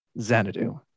Xanadu